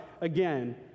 again